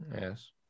yes